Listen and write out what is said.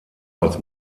als